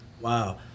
Wow